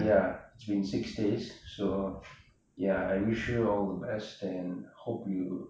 ya it's been six days so ya I wish you all the best and hope you